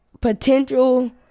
potential